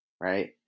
Right